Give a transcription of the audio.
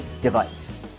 device